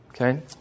Okay